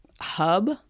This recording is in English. hub